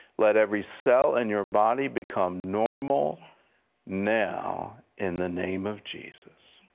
let every cell in your body become normal now in the name of jesus.